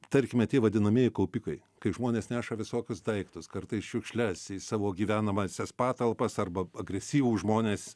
tarkime tie vadinamieji kaupikai kai žmonės neša visokius daiktus kartais šiukšles į savo gyvenamąsias patalpas arba agresyvūs žmonės